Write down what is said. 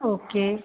okay